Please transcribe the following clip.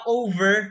over